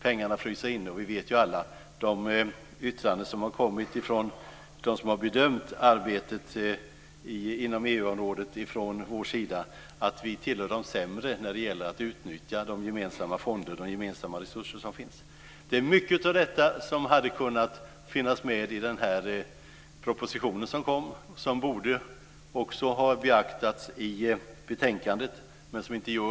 Pengarna fryser inne, och vi vet av alla de yttranden som har kommit från dem som har bedömt arbetet inom EU-området att vi tillhör de sämre när det gäller att utnyttja de gemensamma fonder och resurser som finns. Det är mycket av detta som hade kunnat finnas med i propositionen och som borde ha beaktats i betänkandet.